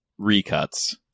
recuts